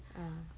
ah